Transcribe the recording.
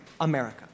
America